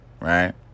Right